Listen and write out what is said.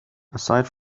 aside